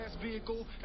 vehicle